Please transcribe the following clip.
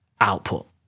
output